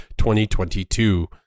2022